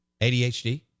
ADHD